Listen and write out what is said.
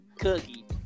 Cookie